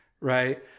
right